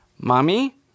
Mommy